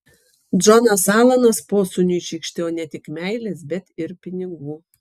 džonas alanas posūniui šykštėjo ne tik meilės bet ir pinigų